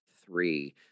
three